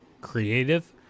creative